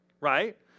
right